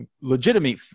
legitimate